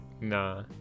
Nah